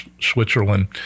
switzerland